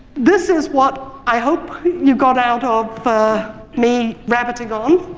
this is what i hope you got out of me rabbiting on.